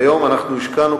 כיום אנחנו השקענו,